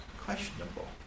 questionable